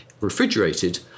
refrigerated